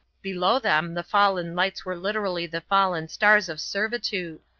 below them the fallen lights were literally the fallen stars of servitude.